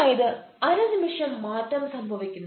അതായത് അനുനിമിഷം മാറ്റം സംഭവിക്കുന്നു